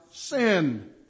Sin